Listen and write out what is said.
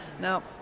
Now